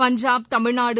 Punjab Tamil Nadu